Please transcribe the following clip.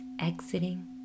exiting